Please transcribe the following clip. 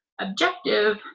objective